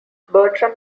bertram